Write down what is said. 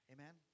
Amen